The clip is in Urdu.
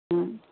ہاں